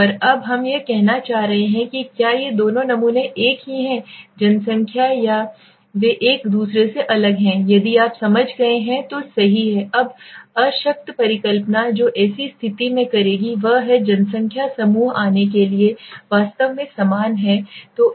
और अब हम यह कहना चाह रहे हैं कि क्या ये दोनों नमूने एक ही हैं जनसंख्या या वे एक दूसरे से अलग हैं यदि आप समझ गए हैं तो सही है अब अशक्त परिकल्पना जो ऐसी स्थिति में करेगी वह है जनसंख्या समूह आने के लिए वास्तव में समान हैं